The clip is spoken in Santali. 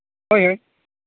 ᱦᱳᱭ ᱦᱚᱭ